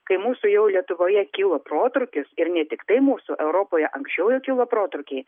kai mūsų jau lietuvoje kilo protrūkis ir ne tiktai mūsų europoje anksčiau jau kilo protrūkiai